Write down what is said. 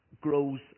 grows